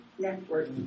network